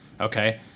Okay